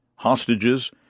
Hostages